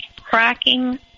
cracking